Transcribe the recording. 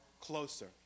closer